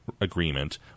agreement